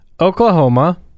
Oklahoma